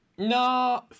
No